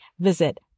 visit